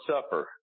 supper